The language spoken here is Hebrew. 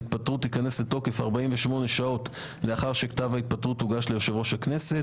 ההתפטרות תיכנס לתוקף 48 שעות לאחר שכתב ההתפטרות הוגש ליושב ראש הכנסת